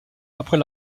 après